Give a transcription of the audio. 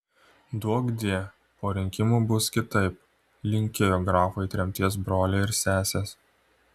duokdie po rinkimų bus kitaip linkėjo grafui tremties broliai ir sesės